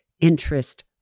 interest